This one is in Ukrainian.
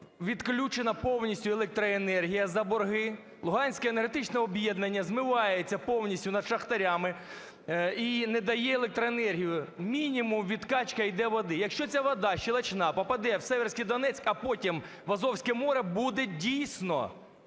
відключена повністю електроенергія за борги. Луганське енергетичне об'єднання змивається повністю над шахтарями і не дає електроенергію, мінімум відкачка йде води. Якщо ця вода щолочна попаде в Сіверський Донець, а потім в Азовське море, буде, дійсно,